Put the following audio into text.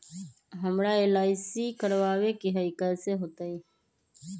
हमरा एल.आई.सी करवावे के हई कैसे होतई?